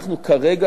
אנחנו כרגע,